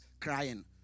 crying